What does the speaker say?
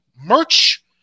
merch